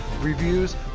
reviews